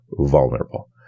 vulnerable